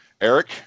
eric